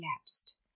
elapsed